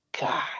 God